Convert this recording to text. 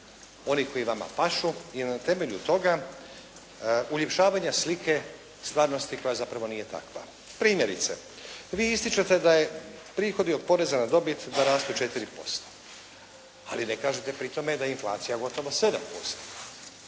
onih koji vama pašu i na temelju toga uljepšavanja slike stvarnosti koja zapravo nije takva. Primjerice, vi ističete da je prihodi od poreza na dobit da rastu 4%, ali ne kažete pri tome da je inflacija gotovo 7%,